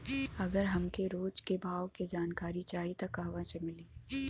अगर हमके रोज के भाव के जानकारी चाही त कहवा से मिली?